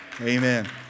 Amen